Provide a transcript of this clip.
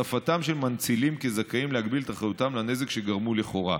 הוספתם של מנצילים כזכאים להגביל את אחריותם לנזק שגרמו לכאורה.